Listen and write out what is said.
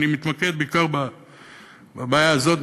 אני מתמקד בעיקר בבעיה הזאת,